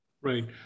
right